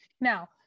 Now